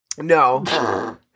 No